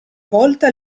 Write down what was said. volta